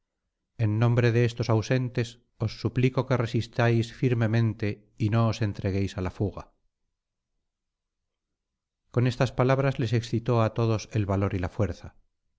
en nombre de estos ausentes os suplico que resistáis firmemente y no os entreguéis á la fuga con estas palabras les excitó á todos el valor y la fuerza